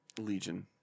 Legion